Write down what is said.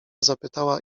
zapytała